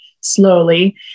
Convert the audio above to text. slowly